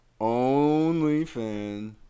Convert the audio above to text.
OnlyFan